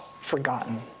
forgotten